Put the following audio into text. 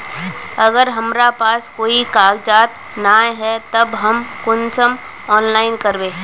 अगर हमरा पास कोई कागजात नय है तब हम कुंसम ऑनलाइन करबे?